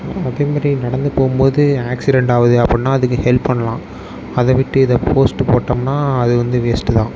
அதே மாதிரி நடந்து போகும் போது ஆக்சிடென்ட் ஆகுது அப்படின்னா அதுக்கு ஹெல்ப் பண்ணலாம் அதை விட்டு இதை போஸ்ட் போட்டோமுன்னால் அது வந்து வேஸ்ட் தான்